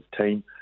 team